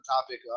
topic